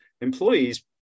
employees